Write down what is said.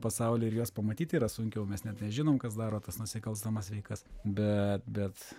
pasaulyje ir juos pamatyti yra sunkiau mes net nežinom kas daro tas nusikalstamas veikas bet bet